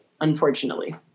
unfortunately